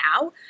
now